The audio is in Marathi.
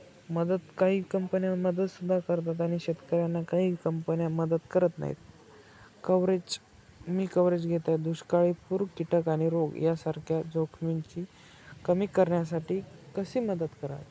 मदत काही कंपन्या मदतसुद्धा करतात आणि शेतकऱ्यांना काही कंपन्या मदत करत नाहीत कव्हरेज मी कव्हरेज घेत आहे दुष्काळी पूर कीटक आणि रोग यासारख्या जोखमींची कमी करण्यासाठी कशी मदत करावी